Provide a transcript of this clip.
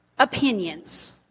opinions